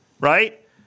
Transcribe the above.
right